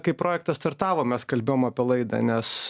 kai projektas startavo mes kalbėjom apie laidą nes